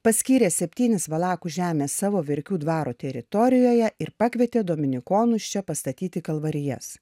paskyrė septynis valakų žemės savo verkių dvaro teritorijoje ir pakvietė dominikonus čia pastatyti kalvarijas